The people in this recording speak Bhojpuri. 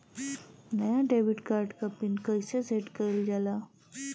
नया डेबिट कार्ड क पिन कईसे सेट कईल जाला?